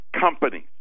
companies